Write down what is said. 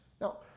Now